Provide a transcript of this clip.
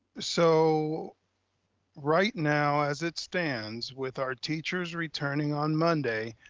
so right now, as it stands with our teachers returning on monday,